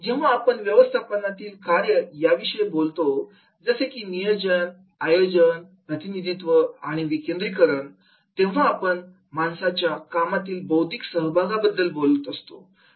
जेव्हा आपण व्यवस्थापनातील कार्य याविषयी बोलतो जसे की नियोजन आयोजन प्रतिनिधित्व आणि विकेंद्रीकरण तेव्हा आपण माणसाच्या कामातील बौद्धिक सहभागाबद्दल बोलत असतो